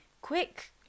quick